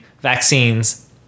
vaccines